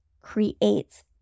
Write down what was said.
creates